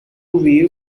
wave